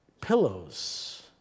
pillows